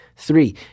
Three